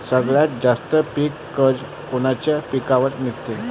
सगळ्यात जास्त पीक कर्ज कोनच्या पिकावर मिळते?